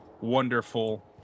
wonderful